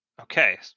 Okay